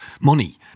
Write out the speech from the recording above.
money